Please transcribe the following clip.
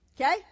Okay